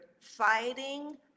fighting